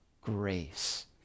grace